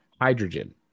hydrogen